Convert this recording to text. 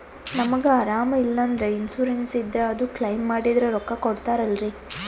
ನಮಗ ಅರಾಮ ಇಲ್ಲಂದ್ರ ಇನ್ಸೂರೆನ್ಸ್ ಇದ್ರ ಅದು ಕ್ಲೈಮ ಮಾಡಿದ್ರ ರೊಕ್ಕ ಕೊಡ್ತಾರಲ್ರಿ?